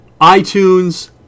iTunes